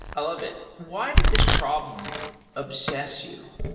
i love it. why did this problem obsess you?